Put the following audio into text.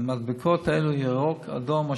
המדבקות האלה עם ירוק, אדום.